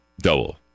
double